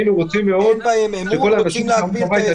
אין בהם אמון, רוצים להגביל את האזרחים.